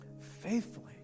faithfully